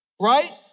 right